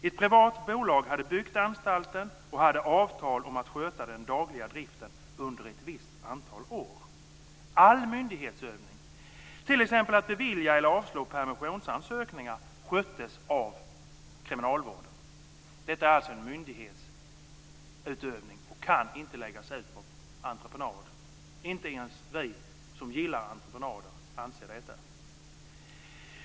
Ett privat bolag hade byggt anstalten och hade avtal om att sköta den dagliga driften under ett visst antal år. All myndighetsutövning, t.ex. att bevilja eller avslå permissionsansökningar, sköttes av kriminalvården. Detta är alltså en myndighetsutövning och kan inte läggas ut på entreprenad. Inte ens vi som gillar entreprenader anser att detta ska läggas ut på entreprenad.